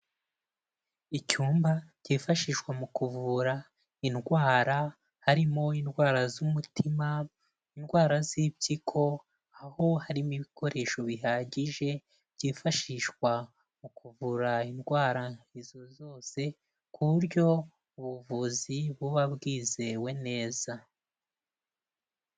Icyumba cyifashishwa mu kuvura indwara harimo indwara z'umutima, indwara z'impyiko aho harimo ibikoresho bihagije byifashishwa mu kuvura indwara izo zose ku buryo ubuvuzi buba bwizewe neza.